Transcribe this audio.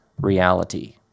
reality